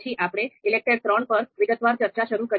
પછી આપણે ELECTRE III પર વિગતવાર ચર્ચા શરૂ કરી